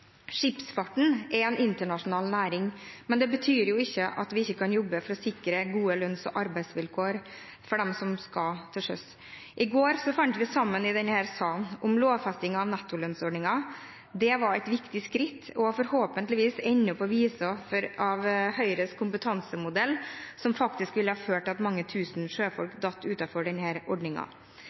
Skipsfarten er en internasjonal næring, men det betyr ikke at vi ikke kan jobbe for å sikre gode lønns- og arbeidsvilkår for dem som skal til sjøs. I går fant vi sammen i denne salen om lovfesting av nettolønnsordningen. Det var et viktig skritt og forhåpentligvis enden på visa for Høyres kompetansemodell, som faktisk ville ført til at mange tusen sjøfolk